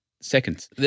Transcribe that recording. seconds